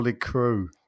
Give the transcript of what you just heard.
Crew